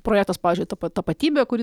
projektas pavyzdžiui ta tapatybė kuri